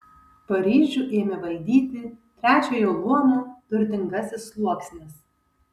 paryžių ėmė valdyti trečiojo luomo turtingasis sluoksnis